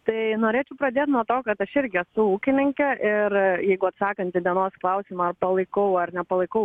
tai norėčiau pradėt nuo to kad aš irgi esu ūkininkė ir jeigu atsakant į dienos klausimą palaikau ar nepalaikau